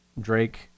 Drake